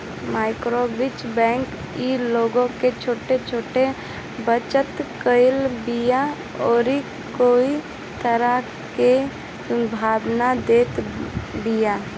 माइक्रोवित्त बैंक इ लोग के छोट छोट बचत कईला, बीमा अउरी कई तरह के सुविधा देत बिया